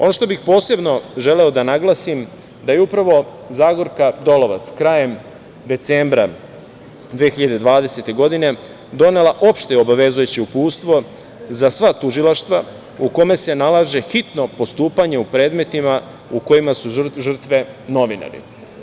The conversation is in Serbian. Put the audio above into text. Ono što bih posebno želeo da naglasim, da je upravo Zagorka Dolovac krajem decembra 2020. godine donela opšte obavezujuće uputstvo za sva tužilaštva, u kome se nalaže hitno postupanje u predmetima u kojima su žrtve novinari.